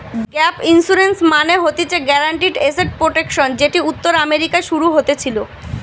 gap insurance মানে হতিছে guaranteed asset protection যেটি উত্তর আমেরিকায় শুরু হতেছিলো